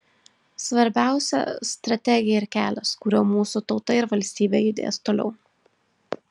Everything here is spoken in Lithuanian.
svarbiausia strategija ir kelias kuriuo mūsų tauta ir valstybė judės toliau